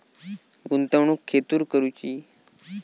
गुंतवणुक खेतुर करूची?